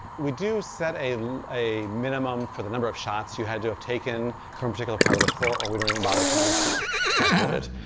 we do set a and a minimum for the number of shots you had to have taken from a particular part of the floor, or we don't even bother trying to calculate it.